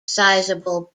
sizeable